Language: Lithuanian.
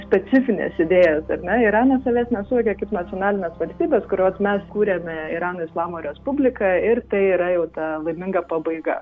specifines idėjas ar ne iranas savęs nesuvokia kaip nacionalinės valstybės kurios mes kuriame irano islamo respubliką ir tai yra jau ta laiminga pabaiga